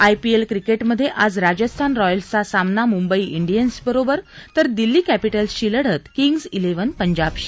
IPL क्रिकेटमधे आज राजस्थान रॉयल्सचा सामना मुंबई क्रीयन्स बरोबर तर दिल्ली कॅपिटल्स ची लढत किंग्ज क्रीवन पंजाबशी